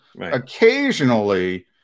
occasionally